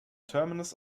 terminus